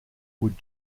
would